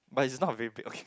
but it's not very big okay